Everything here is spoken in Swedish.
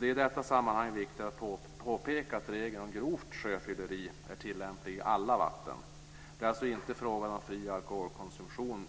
Det är i detta sammanhang viktigt att påpeka att regeln om grovt sjöfylleri är tillämplig i alla vatten. Det är alltså inte frågan om fri alkoholkonsumtion